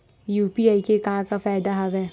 UPI के का फ़ायदा हवय?